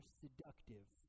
seductive